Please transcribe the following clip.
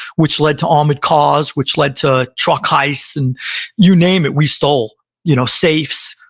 which led to armored cars, which led to truck heists and you name it, we stole. you know safes.